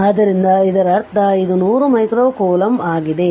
ಆದ್ದರಿಂದ ಇದರರ್ಥ ಇದು 100 ಮೈಕ್ರೋ ಕೂಲಂಬ್ ಆಗಿದೆ